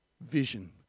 vision